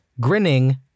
grinning